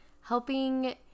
helping